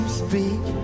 speak